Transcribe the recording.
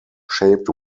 shaped